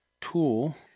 tool